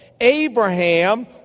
Abraham